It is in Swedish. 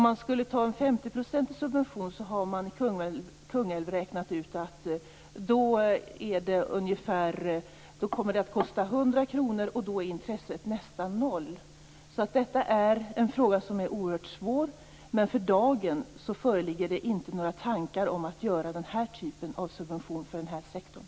Man har i Kungälv räknat ut att med en subvention på 50 % kommer det att kosta 100 kr, och då är intresset nästan noll. Detta är en fråga som är oerhört svår. För dagen föreligger inte några tankar om att införa den här typen av subvention för den här sektorn.